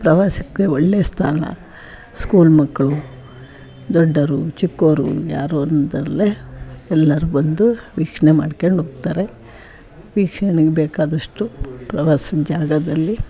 ಪ್ರವಾಸಕ್ಕೆ ಒಳ್ಳೆಯ ಸ್ಥಾನ ಸ್ಕೂಲ್ ಮಕ್ಕಳು ದೊಡ್ಡೋರು ಚಿಕ್ಕೋವ್ರು ಯಾರು ಅಲ್ದಲೇ ಎಲ್ಲರೂ ಬಂದು ವೀಕ್ಷಣೆ ಮಾಡ್ಕಂಡ್ ಹೋಗ್ತಾರೆ ವೀಕ್ಷಣೆಗೆ ಬೇಕಾದಷ್ಟು ಪ್ರವಾಸದ ಜಾಗದಲ್ಲಿ